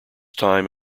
time